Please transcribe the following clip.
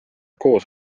koos